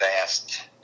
vast